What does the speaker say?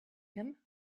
him